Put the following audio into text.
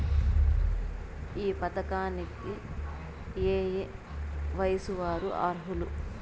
ఈ పథకానికి ఏయే వయస్సు వారు అర్హులు?